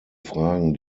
fragen